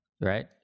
Right